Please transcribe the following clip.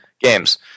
games